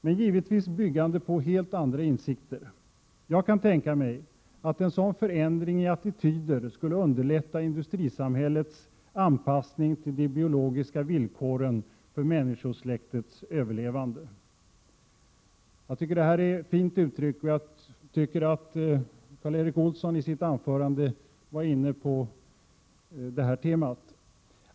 Men givetvis byggande på helt andra insikter. Jag kan tänka mig, att en sådan förändring i attityder skulle underlätta industrisamhällets anpassning till de biologiska villkoren för människosläktets överlevande.” Jag tycker att vad det här gäller är fint uttryckt av von Wright och menar att Karl Erik Olsson var inne på samma tema.